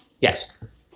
Yes